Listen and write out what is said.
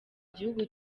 gihugu